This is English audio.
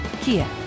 Kia